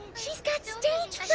she's got stage